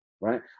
right